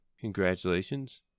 Congratulations